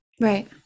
right